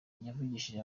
yavugishije